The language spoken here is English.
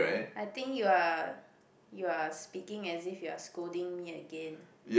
I think you are you are speaking as if you are scolding me again